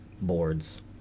boards